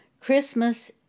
Christmas